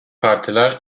partiler